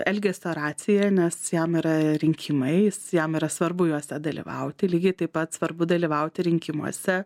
elgesio raciją nes jam yra rinkimai jis jam yra svarbu juose dalyvauti lygiai taip pat svarbu dalyvauti rinkimuose